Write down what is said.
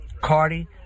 Cardi